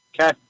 Okay